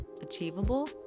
Achievable